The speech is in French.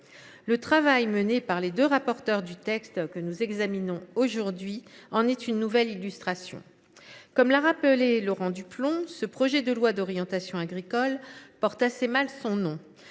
Le travail mené par les deux rapporteurs du texte que nous examinons aujourd’hui en est une nouvelle illustration. Comme l’a rappelé Laurent Duplomb, ce projet de loi d’orientation agricole porte assez mal son nom,